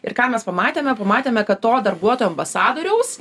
ir ką mes pamatėme pamatėme kad to darbuotojų ambasadoriaus